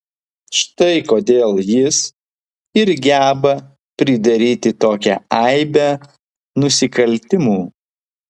štai kodėl jis ir geba pridaryti tokią aibę nusikaltimų